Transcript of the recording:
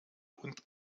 und